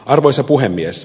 arvoisa puhemies